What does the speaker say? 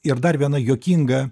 ir dar viena juokinga